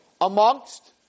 amongst